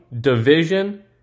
division